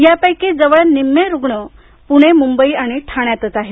यापैकी जवळ निम्मे रुग्ण पूणे मुंबई ठाण्यातच आहेत